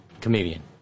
Comedian